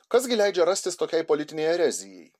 kas gi leidžia rastis tokiai politinei erezijai